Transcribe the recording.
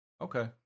Okay